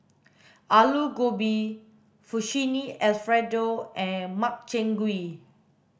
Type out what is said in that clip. Alu Gobi Fettuccine Alfredo and Makchang gui